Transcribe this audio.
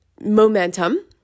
momentum